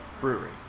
Brewery